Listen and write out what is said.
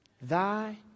thy